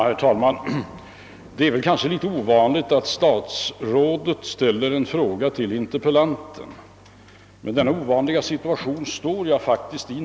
Herr talman! Det är kanske litet ovanligt att ett statsråd ställer en fråga till interpellanten. Men jag befinner mig faktiskt just nu i denna ovanliga situation.